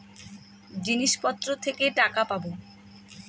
জিনিসপত্র থেকে টাকা পাবো